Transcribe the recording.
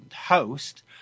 host